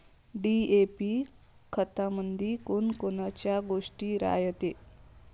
DAP खतामंदी कोनकोनच्या गोष्टी रायते?